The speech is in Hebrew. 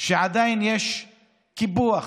שעדיין יש קיפוח